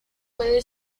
puede